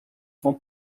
vont